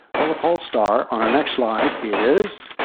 well the pole star on our next slide is